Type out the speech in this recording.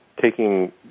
Taking